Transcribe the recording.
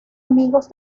amigos